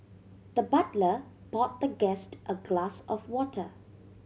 the butler poured the guest a glass of water